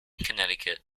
connecticut